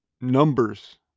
numbers